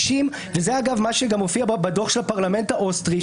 וזה אגב מה שגם מופיע בדוח של הפרלמנט האוסטרי,